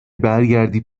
برگردی